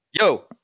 Yo